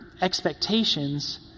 expectations